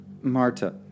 Marta